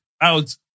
out